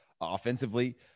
offensively